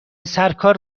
سرکار